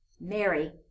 Mary